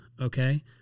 Okay